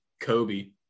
Kobe